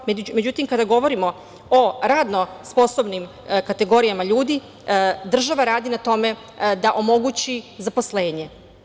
Međutim, kada govorimo o radno sposobnim kategorijama ljudi država radi na tome da omogući zaposlenje.